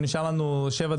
טוב, אני אנסה לקצר.